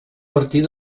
partir